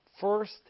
First